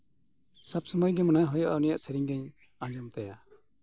ᱥᱚᱵ ᱥᱚᱢᱚᱭ ᱜᱮ ᱢᱚᱱᱮ ᱦᱩᱭᱩᱜᱼᱟ ᱩᱱᱤᱭᱟᱜ ᱥᱮᱨᱮᱧ ᱜᱤᱧ ᱟᱸᱡᱚᱢ ᱛᱟᱭᱟ